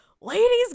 ladies